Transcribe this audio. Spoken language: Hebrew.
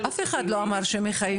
אף אחד לא אמר שמחייבים,